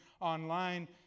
online